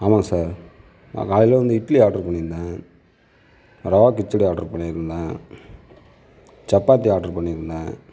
ஆமாம் சார் காலையில் வந்து இட்லி ஆட்ரு பண்ணி இருந்தேன் ரவா கிச்சடி ஆட்ரு பண்ணி இருந்தேன் சப்பாத்தி ஆட்ரு பண்ணி இருந்தேன்